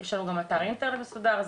יש לנו גם אתר אינטרנט מסודר.